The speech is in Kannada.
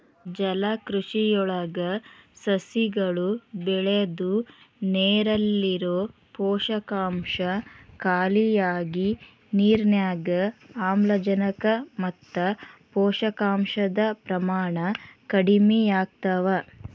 ಜಲಕೃಷಿಯೊಳಗ ಸಸಿಗಳು ಬೆಳದು ನೇರಲ್ಲಿರೋ ಪೋಷಕಾಂಶ ಖಾಲಿಯಾಗಿ ನಿರ್ನ್ಯಾಗ್ ಆಮ್ಲಜನಕ ಮತ್ತ ಪೋಷಕಾಂಶದ ಪ್ರಮಾಣ ಕಡಿಮಿಯಾಗ್ತವ